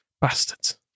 bastards